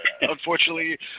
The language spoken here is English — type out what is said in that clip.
unfortunately